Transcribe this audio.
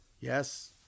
Yes